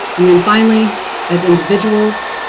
and then finally as individuals,